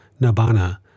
nibbana